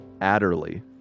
Adderley